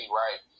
right